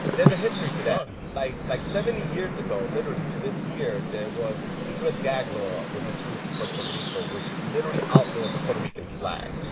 there's a history to that. like like seventy years ago literally, to this year there was the u s. gag law was introduced to puerto rico which it literally outlawed the puerto rican flag.